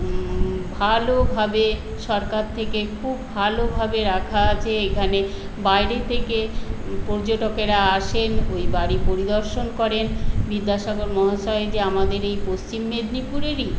ভালোভাবে সরকার থেকে খুব ভালোভাবে রাখা আছে এখানে বাইরে থেকে পর্যটকেরা আসেন ওই বাড়ি পরিদর্শন করেন বিদ্যাসাগর মহাশয় যে আমাদের এই পশ্চিম মেদনীপুরেরই